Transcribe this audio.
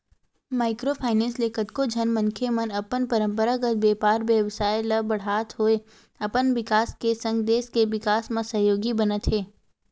micro finance ले कतको झन मनखे मन ह अपन पंरपरागत बेपार बेवसाय ल बड़हात होय अपन बिकास के संग देस के बिकास म सहयोगी बनत हे